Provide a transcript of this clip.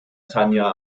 tanja